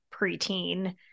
preteen